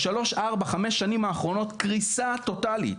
ב-3, 4, 5 שנים האחרונות קריסה טוטלית.